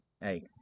hey